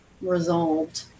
resolved